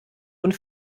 und